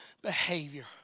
behavior